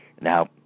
Now